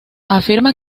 afirma